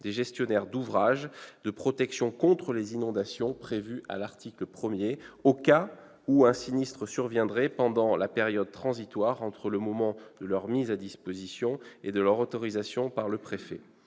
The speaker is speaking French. des gestionnaires d'ouvrages de protection contre les inondations prévu à l'article 1, au cas où un sinistre surviendrait pendant la période transitoire entre le moment de leur mise à disposition et celui de leur autorisation par le préfet.